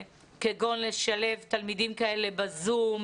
כגון לשלב תלמידים כאלה בזום,